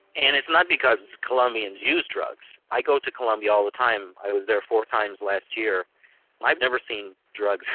and it's not because colombians use drugs. i go to colombia all the time, i was there four times last year, and i've never seen drugs,